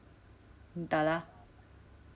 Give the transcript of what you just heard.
entah lah